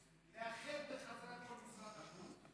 לאחד בחזרה את כל משרד החוץ,